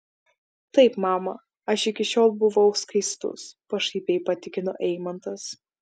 taip mama aš iki šiol buvau skaistus pašaipiai patikino eimantas